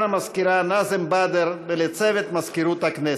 המזכירה נאזם בדר ולצוות מזכירות הכנסת,